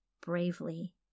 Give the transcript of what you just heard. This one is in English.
bravely